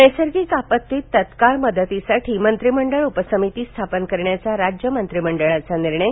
नैसर्गिक आपत्तीत तत्काळ मदतीसाठी मंत्रिमंडळ उपसमिती स्थापन करण्याचा राज्य मंत्रिमंडळाचा निर्णय